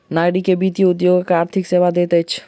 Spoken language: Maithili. नागरिक के वित्तीय उद्योग आर्थिक सेवा दैत अछि